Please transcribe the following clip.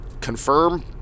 confirm